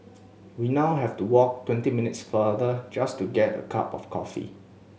we now have to walk twenty minutes farther just to get a cup of coffee